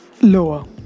lower